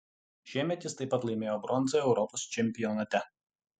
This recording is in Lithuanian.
šiemet jis taip pat laimėjo bronzą europos čempionate